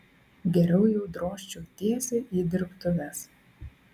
geriau jau drožčiau tiesiai į dirbtuves